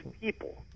people